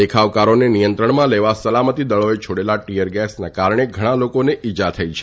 દેખાવકારોને નિયંત્રણમાં લેવા સલામતી દળોએ છોડેલા ટીયર ગેસના કારણે ઘણા લોકોને ઇજા થઇ છે